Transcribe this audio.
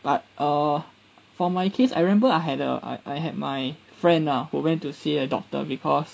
but err for my case I remember I had uh I I had my friend ah who went to see a doctor because